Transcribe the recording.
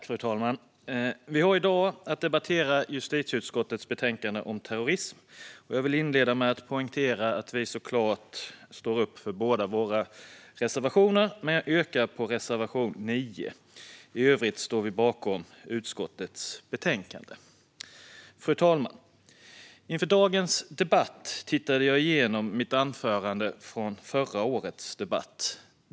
Fru talman! Vi ska i dag debattera justitieutskottets betänkande om terrorism. Jag vill inleda med att poängtera att vi såklart står bakom båda våra reservationer, men jag yrkar bifall till reservation 9. I övrigt står vi bakom utskottets betänkande. Fru talman! Inför dagens debatt tittade jag igenom mitt anförande från förra årets debatt.